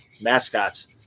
mascots